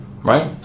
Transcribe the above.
right